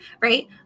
right